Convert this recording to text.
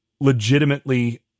legitimately